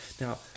Now